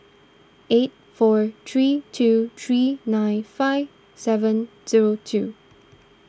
eight four three two three nine five seven zero two